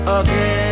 again